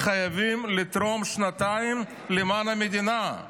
חייבים לתרום שנתיים למען המדינה.